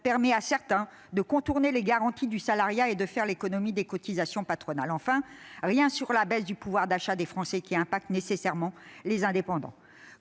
permet à certains de contourner les garanties du salariat et de faire l'économie des cotisations patronales. Enfin, rien sur la baisse de pouvoir d'achat des Français, qui emporte nécessairement des conséquences